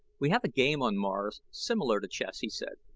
we have a game on mars similar to chess, he said,